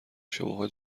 شماها